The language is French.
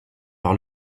par